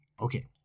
Okay